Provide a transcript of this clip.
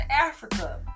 Africa